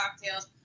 cocktails